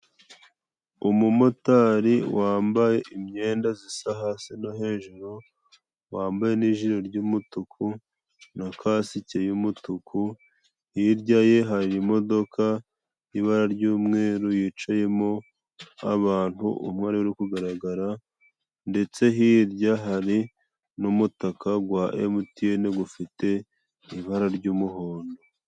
Umumotari wambaye imyenda zisa hasi no hejuru, wambaye n'ijire ry'umutuku na kasike y'umutuku, hirya ye hari imodoka y'ibara ry'umweru, yicayemo abantu, umwe ari we uri kugaragara, ndetse hirya hari n'umutaka gwa emutiyeni, gufite ibara ry'umuhondo.